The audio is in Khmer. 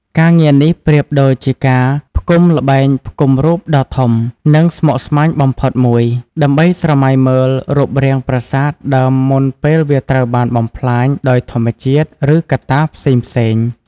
ការងារនេះប្រៀបដូចជាការផ្គុំល្បែងផ្គុំរូបដ៏ធំ និងស្មុគស្មាញបំផុតមួយ ដើម្បីស្រមៃមើលរូបរាងប្រាសាទដើមមុនពេលវាត្រូវបានបំផ្លាញដោយធម្មជាតិ ឬកត្តាផ្សេងៗ។